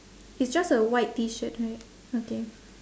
it's just a white T-shirt right okay